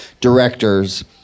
directors